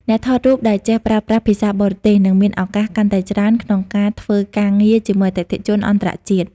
អ្នកថតរូបដែលចេះប្រើប្រាស់ភាសាបរទេស នឹងមានឱកាសកាន់តែច្រើនក្នុងការធ្វើការងារជាមួយអតិថិជនអន្តរជាតិ។